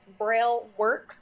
BrailleWorks